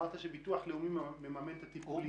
אמרת שביטוח לאומי מממן את הטיפולים.